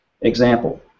Example